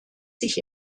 sich